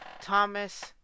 Thomas